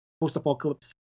post-apocalypse